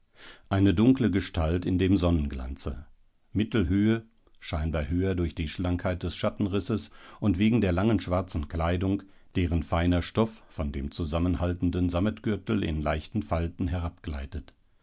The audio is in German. eine dunkle gestalt in dem sonnenglanze mittelhöhe scheinbar höher durch die schlankheit des schattenrisses und wegen der langen schwarzen kleidung deren feiner stoff von dem zusammenhaltenden sammetgürtel in leichten falten